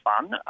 fun